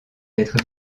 être